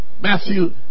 Matthew